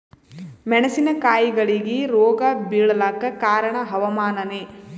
ಮೆಣಸಿನ ಕಾಯಿಗಳಿಗಿ ರೋಗ ಬಿಳಲಾಕ ಕಾರಣ ಹವಾಮಾನನೇ?